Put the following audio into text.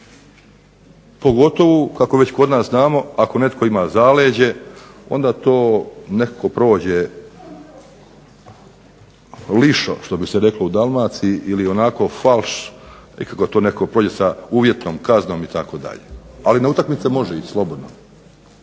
pogotovo kako već kod nas znamo ako netko ima zaleđe, onda to nekako prođe lišom što bi se reklo u Dalmaciji ili onako falš netko prođe sa uvjetnom kaznom itd. ali na utakmice može ići slobodno.